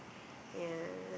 yeah